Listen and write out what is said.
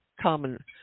common